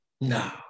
No